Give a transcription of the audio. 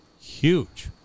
huge